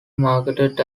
marketed